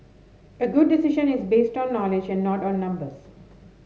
a good decision is based on knowledge and not on numbers